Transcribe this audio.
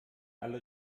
alle